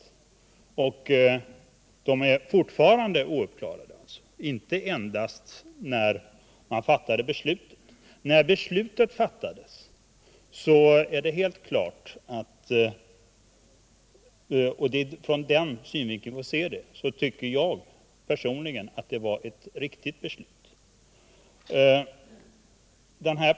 Jag upprepar att de fortfarande är ouppklarade — de var det inte endast när beslutet fattades. Jag tycker personligen att när beslutet fattades — och det är ur den synvinkeln vi får se det — var det ett riktigt beslut.